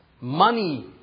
money